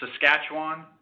Saskatchewan